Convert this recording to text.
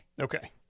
Okay